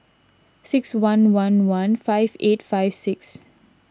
six one one one five eight five six